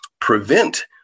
prevent